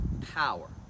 power